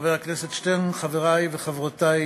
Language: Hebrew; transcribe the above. חבר הכנסת שטרן, חברי חברותי